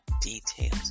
details